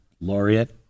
laureate